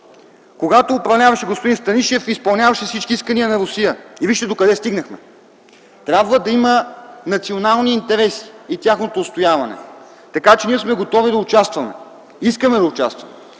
Когато управляваше господин Станишев, изпълняваше всички искания на Русия, и вижте докъде стигнахме. Трябва да има национални интереси и тяхното отстояване, така че ние сме готови да участваме. Искаме да участваме